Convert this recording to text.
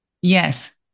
Yes